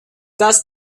does